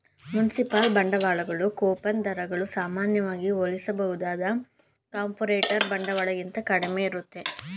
municipal ಬಾಂಡ್ಗಳು coupon ದರಗಳು ಸಾಮಾನ್ಯವಾಗಿ ಹೋಲಿಸಬಹುದಾದ ಕಾರ್ಪೊರೇಟರ್ ಬಾಂಡ್ಗಳಿಗಿಂತ ಕಡಿಮೆ ಇರುತ್ತೆ